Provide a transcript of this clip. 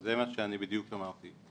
זה מה שאני בדיוק אמרתי.